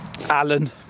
Alan